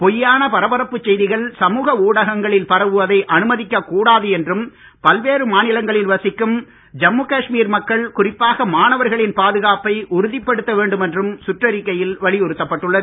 பொய்யான பரபரப்புச் செய்திகள் சமூக ஊடகங்களில் பரவுவதை அனுமதிக்க கூடாது என்றும் பல்வேறு மாநிலங்களில் வசிக்கும் ஜம்மு காஷ்மீர் மக்கள் குறிப்பாக மாணவர்களின் பாதுகாப்பை உறுதிப்படுத்த வேண்டுமென்றும் சுற்றறிக்கையில் வலியுறுத்தப்பட்டுள்ளது